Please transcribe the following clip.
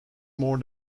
more